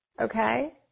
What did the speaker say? Okay